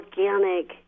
organic